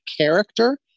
character